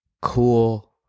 cool